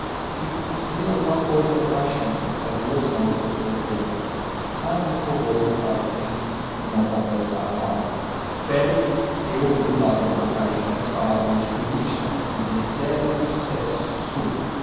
e se dizia alguma cousa era baixinho às duas moças filhas dele mas desforrou se para o fim e não conversava mal félix eu e o padre mascarenhas falávamos de política do ministério e dos sucessos do sul